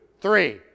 three